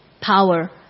power